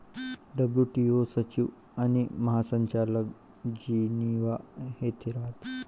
WTO सचिव आणि महासंचालक जिनिव्हा येथे राहतात